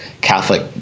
Catholic